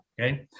okay